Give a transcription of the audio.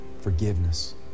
forgiveness